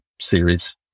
series